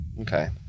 okay